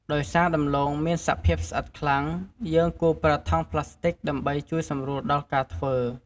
ដោយសារដំឡូងមានសភាពស្អិតខ្លាំង យើងគួរប្រើថង់ប្លាស្ទិកដើម្បីជួយសម្រួលដល់ការធ្វើ។